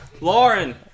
Lauren